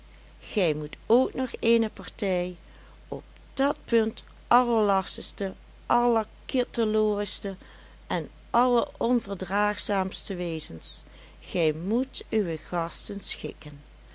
gij moet ook nog eene partij op dat punt allerlastigste allerkitteloorigste en alleronverdraagzaamste wezens gij moet uwe gasten schikken